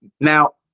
Now